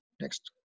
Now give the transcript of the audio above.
Next